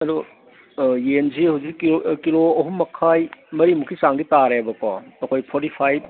ꯑꯗꯨ ꯌꯦꯟꯁꯤ ꯍꯧꯖꯤꯛ ꯀꯤꯂꯣ ꯑꯍꯨꯝ ꯃꯈꯥꯏ ꯃꯔꯤ ꯃꯨꯛꯀꯤ ꯆꯥꯡꯗꯤ ꯇꯥꯔꯦꯕꯀꯣ ꯑꯩꯈꯣꯏ ꯐꯣꯔꯇꯤ ꯐꯥꯏꯕ